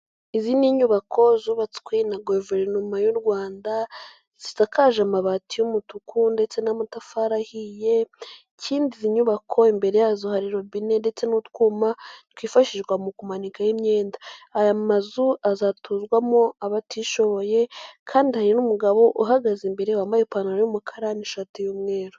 Izi ni inyubako zubatswe na guverinoma y'uRwanda, zisakaje amabati y'umutuku ndetse n'amatafari ahiye, ikindi izi nyubako imbere yazo hari robine ndetse n'utwuma, twifashishwa mu kumanikaho imyenda. Aya mazu azatuzwamo abatishoboye, kandi hari n'umugabo uhagaze imbere wambaye ipantaro y'umukara n'ishati y'umweru.